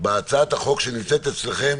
בהצעת החוק שנמצאת אצלכם